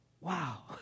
Wow